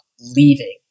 leaving